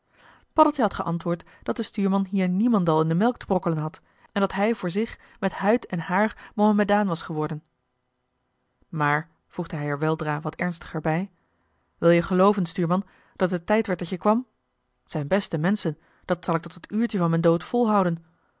paddeltje had geantwoord dat de stuurman hier niemendal in de melk te brokkelen had en dat hij voor zich met huid en haar mohamedaan was geworden maar voegde hij er weldra wat ernstiger bij wil-je gelooven stuurman dat het tijd werd dat je kwam t zijn beste menschen dat zal ik tot het uurtje van m'n dood volhouden